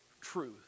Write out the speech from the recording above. truth